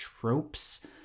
tropes